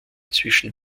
zwischen